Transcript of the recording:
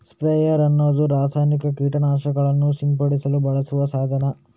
sprayer ಅನ್ನುದು ರಾಸಾಯನಿಕ ಕೀಟ ನಾಶಕಗಳನ್ನ ಸಿಂಪಡಿಸಲು ಬಳಸುವ ಸಾಧನ